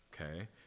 okay